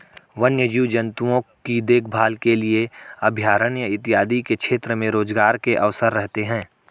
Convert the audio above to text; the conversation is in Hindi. वन्य जीव जंतुओं की देखभाल के लिए अभयारण्य इत्यादि के क्षेत्र में रोजगार के अवसर रहते हैं